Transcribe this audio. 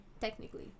technically